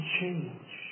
change